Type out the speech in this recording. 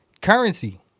currency